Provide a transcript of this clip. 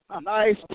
Nice